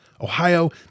Ohio